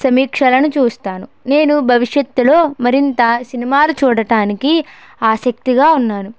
సమీక్షలను చూస్తాను నేను భవిష్యత్తులో మరింత సినిమాలు చూడడానికి ఆసక్తిగా ఉన్నాను